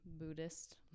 Buddhist